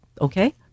Okay